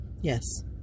yes